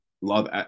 love